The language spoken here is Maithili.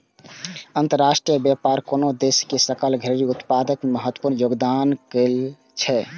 अंतरराष्ट्रीय व्यापार कोनो देशक सकल घरेलू उत्पाद मे महत्वपूर्ण योगदान करै छै